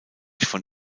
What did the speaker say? von